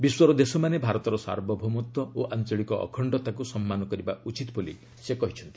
ବିଶ୍ୱର ଦେଶମାନେ ଭାରତର ସାର୍ବଭୌମତ୍ୱ ଓ ଆଞ୍ଚଳିକ ଅଖଣ୍ଡତାକୁ ସମ୍ମାନ କରିବା ଉଚିତ୍ ବୋଲି ସେ କହିଛନ୍ତି